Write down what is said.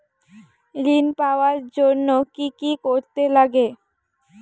ঋণ পাওয়ার জন্য কি কি করতে লাগে?